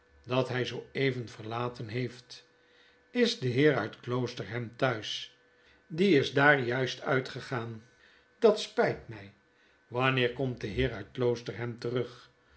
dat hy zoo even verlaten heett is de heer uit kloosterham thuis fl die is daar juist uitgegaan dat spyt my wanneer komt de heer uit kloosterham terug